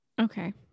Okay